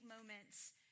moments